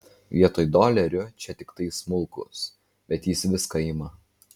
vietoj dolerių čia tiktai smulkūs bet jis viską ima